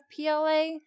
PLA